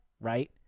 right